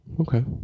Okay